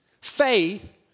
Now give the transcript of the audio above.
Faith